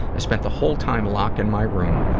i spent the whole time locked in my room.